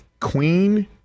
Queen